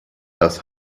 das